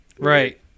right